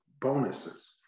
bonuses